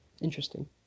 Interesting